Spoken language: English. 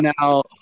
now